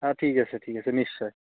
অঁ ঠিক আছে ঠিক আছে নিশ্চয়